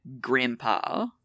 Grandpa